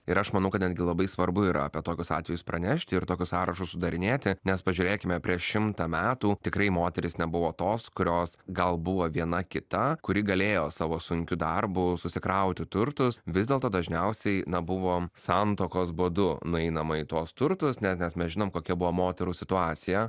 ir aš manau kadangi labai svarbu yra apie tokius atvejus pranešti ir tokius sąrašus sudarinėti nes pažiūrėkime prieš šimtą metų tikrai moterys nebuvo tos kurios gal buvo viena kita kuri galėjo savo sunkiu darbu susikrauti turtus vis dėlto dažniausiai na buvo santuokos būdu nueinama į tuos turtus net nes mes žinome kokia buvo moterų situacija